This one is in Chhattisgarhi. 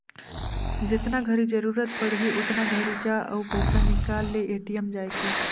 जेतना घरी जरूरत पड़ही ओतना घरी जा अउ पइसा निकाल ले ए.टी.एम जायके